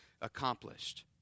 accomplished